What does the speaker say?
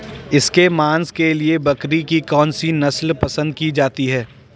इसके मांस के लिए बकरी की कौन सी नस्ल पसंद की जाती है?